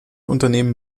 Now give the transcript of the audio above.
unternehmen